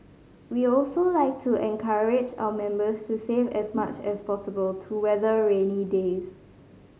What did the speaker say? we also like to encourage our members to save as much as possible to weather rainy days